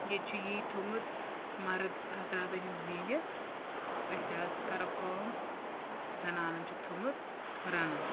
ییٚتہِ چھُ یی تھوٚومُت مرد حضرات أنِوزیٖنِتھ تہٕ أسۍ حظ کرَو کٲم زنانَن چھُکھ تھوٚومُت رنُن